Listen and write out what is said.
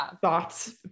thoughts